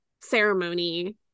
ceremony